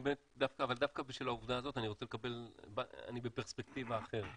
אבל דווקא בשל העובדה זאת אני בפרספקטיבה אחרת.